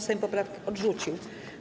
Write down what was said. Sejm poprawkę odrzucił.